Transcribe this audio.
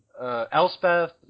Elspeth